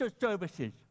services